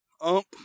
Ump